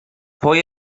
pwy